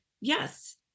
yes